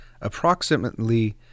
approximately